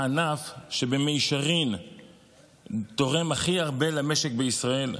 הענף, שבמישרין תורם הכי הרבה למשק בישראל,